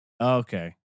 Okay